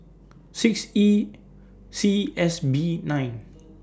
six E C S B nine